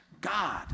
God